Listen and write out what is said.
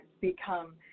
become